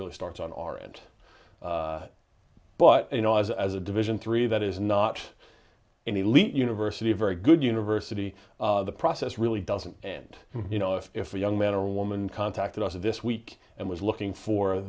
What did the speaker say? really starts on aren't but you know as a division three that is not an elite university a very good university the process really doesn't and you know if if a young man or woman contacted us this week and was looking for